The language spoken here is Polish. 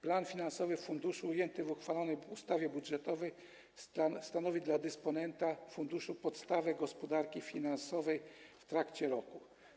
Plan finansowy funduszu ujęty w uchwalanej ustawie budżetowej stanowi dla dysponenta funduszu podstawę gospodarki finansowej w trakcie roku.